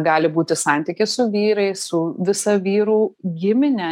gali būti santykis su vyrais su visa vyrų gimine